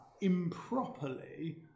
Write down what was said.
improperly